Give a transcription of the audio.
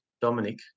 Dominic